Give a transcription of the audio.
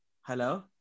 Hello